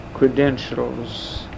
credentials